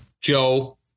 Joe